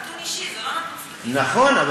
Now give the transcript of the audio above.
זה נתון אישי, זה לא נתון סטטיסטי.